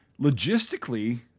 logistically